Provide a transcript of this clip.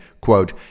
quote